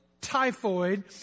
typhoid